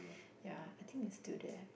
ya I think it's still there